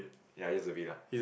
ya used to be lah